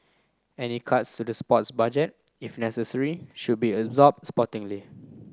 any cuts to the sports budget if necessary should be absorbed sportingly